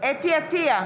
חוה אתי עטייה,